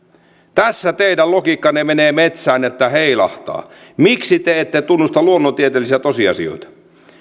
tässä teidän logiikkanne menee metsään että heilahtaa miksi te ette tunnusta luonnontieteellisiä tosiasioita